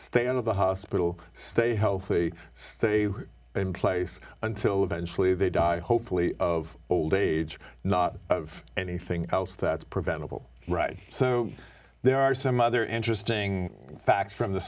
stay out of the hospital stay hopefully stay place until eventually they die hopefully of old age not of anything else that's preventable right so there are some other interesting facts from the